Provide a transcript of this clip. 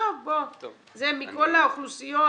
מכל האוכלוסיות,